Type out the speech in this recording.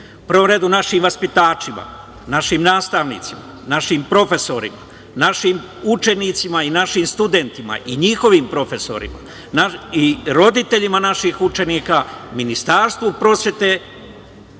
prvom redu našim vaspitačima, našim nastavnicima, našim profesorima, našim učenicima i našim studentima, i njihovim profesorima, i roditeljima naših učenika, Ministarstvu prosvete